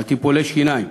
על טיפולי שיניים.